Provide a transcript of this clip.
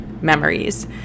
memories